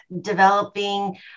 developing